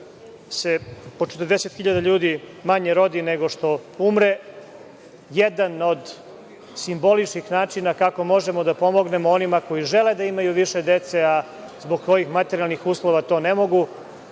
po 40.000 ljudi manje rodi nego što umre, jedan od simboličnih načina kako možemo da pomognemo onima koji žele da imaju više dece, a zbog svojih materijalnih uslova to ne mogu,